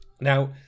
now